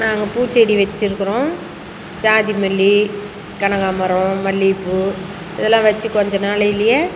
நாங்கள் பூச்செடி வச்சுருக்குறோம் ஜாதிமல்லி கனகாம்பரம் மல்லிகைப்பூ இதெலாம் வச்சு கொஞ்ச நாளையிலயே